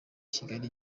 kigali